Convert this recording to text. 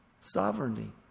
Sovereignty